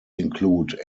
include